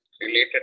related